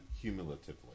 cumulatively